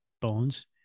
bones